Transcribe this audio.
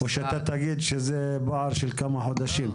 --- או שאתה תגיד שזה פער של כמה חודשים?